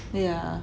yeah